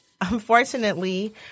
unfortunately